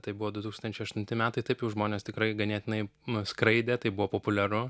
tai buvo du tūkstančiai aštunti metai taip jau žmonės tikrai ganėtinai nu skraidę tai buvo populiaru